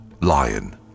Lion